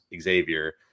Xavier